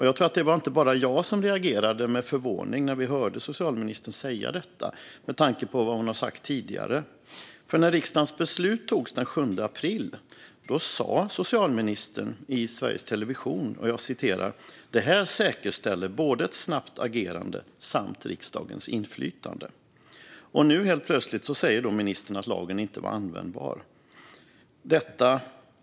Jag tror att det inte bara var jag som reagerade med förvåning när vi hörde socialministern säga detta med tanke på vad hon har sagt tidigare. När riksdagens beslut fattades den 7 april sa socialministern i Sveriges Television: "Det här säkerställer både ett snabbt agerande samt riksdagens inflytande". Och nu säger ministern helt plötsligt att lagen inte var användbar.